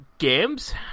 Games